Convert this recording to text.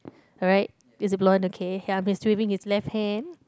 alright is a blonde ok ya he is swinging his left hand